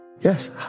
yes